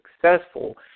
successful